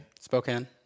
Spokane